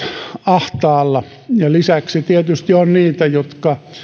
ahtaalla ja lisäksi tietysti on niitä jotka